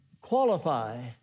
qualify